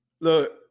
look